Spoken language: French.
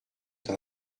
d’en